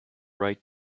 write